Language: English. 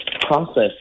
process